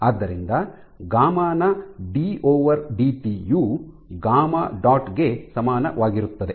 ಆದ್ದರಿಂದ ಗಾಮಾ γ ನ d dt d dt u gamma γ dot ಗೆ ಸಮಾನವಾಗಿರುತ್ತದೆ